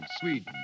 Sweden